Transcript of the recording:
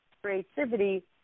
creativity